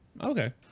Okay